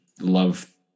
love